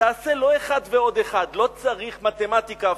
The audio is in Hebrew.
תעשה לא אחת ועוד אחת, לא צריך מתמטיקה אפילו.